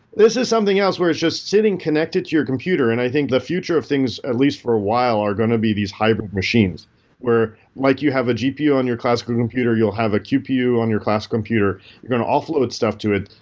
this is something else where it's just sitting, connected to your computer. and i think the future of things, at least for a while, are going to be these hybrid machine where like you have a gpu on your classic computer, you'll have a qpu on your class computer. you're going to offload stuff to it.